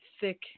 thick